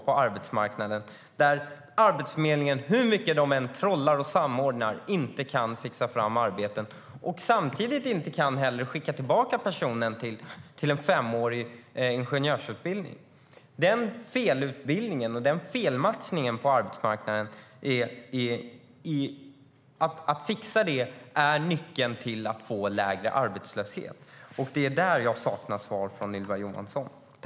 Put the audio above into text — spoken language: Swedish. Hur mycket Arbetsförmedlingen än trollar och samordnar kan de inte fixa fram arbeten inom det yrket och kan samtidigt inte heller skicka personen till en femårig ingenjörsutbildning. Att fixa felutbildningen och felmatchningen på arbetsmarknaden är nyckeln till lägre arbetslöshet. Och det är där jag saknar svar från Ylva Johansson.